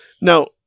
Now